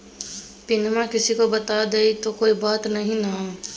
पिनमा किसी को बता देई तो कोइ बात नहि ना?